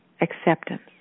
acceptance